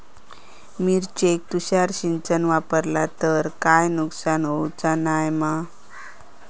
मिरचेक तुषार सिंचन वापरला तर काय नुकसान होऊचा नाय मा?